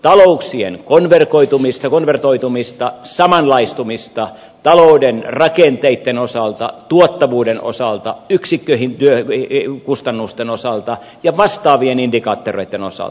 ta louksien konvertoitumista samanlaistumista talouden rakenteitten osalta tuottavuuden osalta yksikkökustannusten osalta ja vastaavien indikaattoreitten osalta